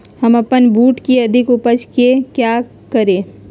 हम अपन बूट की अधिक उपज के क्या करे?